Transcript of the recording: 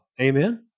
Amen